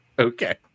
Okay